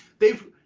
they've,